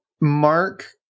Mark